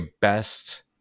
best